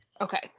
Okay